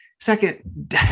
Second